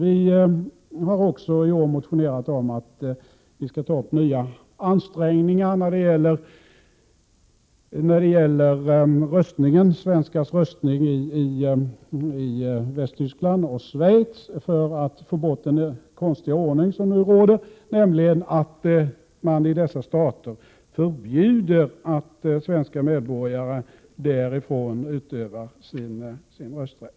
Vi har också i år motionerat om att man skall göra nya ansträngningar när det gäller svenskars röstning i Västtyskland och Schweiz i syfte att få den konstiga ordning som där nu råder upphävd, nämligen att man i dessa stater förbjuder svenska medborgare att därifrån utöva sin rösträtt.